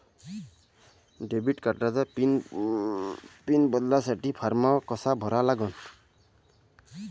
Debit कार्डचा pin बदलासाठी form कसा भरा लागन?